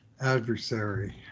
adversary